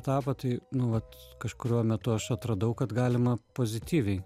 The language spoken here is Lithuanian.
etapą tai nu vat kažkuriuo metu aš atradau kad galima pozityviai